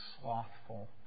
slothful